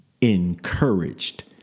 encouraged